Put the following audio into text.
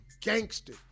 gangster